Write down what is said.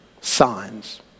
signs